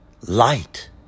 Light